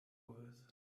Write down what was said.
worth